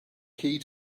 key